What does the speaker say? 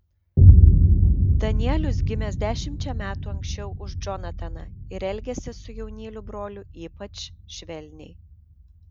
danielius gimęs dešimčia metų anksčiau už džonataną ir elgęsis su jaunyliu broliu ypač švelniai